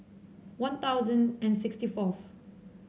One Thousand and sixty fourth